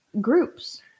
groups